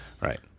Right